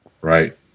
Right